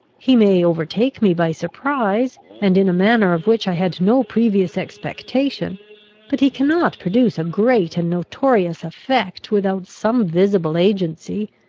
he may overtake me by surprise, and in a manner of which i had no previous expectation but he cannot produce a great and notorious effect without some visible agency,